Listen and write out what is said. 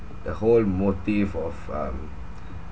the whole motif of um